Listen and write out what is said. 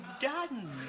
done